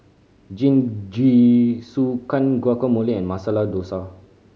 Jingisukan Guacamole and Masala Dosa